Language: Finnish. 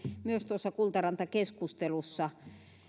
noissa kultaranta keskusteluissa